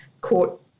court